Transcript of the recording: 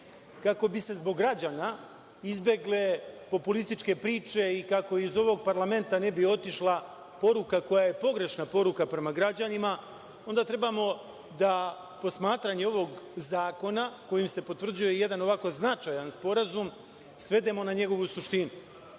Kako bi se, zbog građana, izbegle populističke priče i kako iz ovog parlamenta ne bi otišla poruka koja je pogrešna poruka prema građanima, onda trebamo da posmatranje ovog Zakona, kojim se potvrđuje jedan, ovako značajan Sporazum, svedemo na njegovu